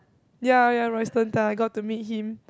ya ya Royston-Tan I got to meet him